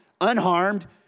unharmed